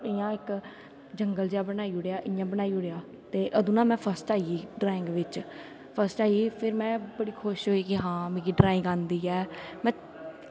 इ'यां इक जंगल जेहा बनाई ओड़ेआ इ'यां बनाई ओड़ेआ ते अदूं ना में फस्ट आई गेई ड्राईंग बिच्च फस्ट आई गेई फिर में बड़ी खुश होई कि हां मिगी ड्राईंग आंदी ऐ में